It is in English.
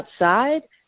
outside